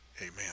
amen